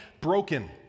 broken